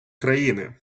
країни